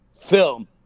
film